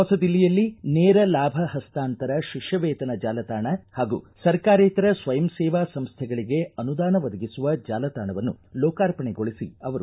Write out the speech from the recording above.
ಹೊಸ ದಿಲ್ಲಿಯಲ್ಲಿ ನೇರ ಲಾಭ ಹಸ್ತಾಂತರ ಶಿಷ್ಕವೇತನ ಜಾಲತಾಣ ಹಾಗೂ ಸರ್ಕಾರೇತರ ಸ್ವಯಂ ಸೇವಾ ಸಂಸ್ಥೆಗಳಿಗೆ ಅನುದಾನ ಒದಗಿಸುವ ಚಾಲತಾಣವನ್ನು ಲೋಕಾರ್ಪಣೆಗೊಳಿಸಿ ಅವರು ಮಾತನಾಡಿದರು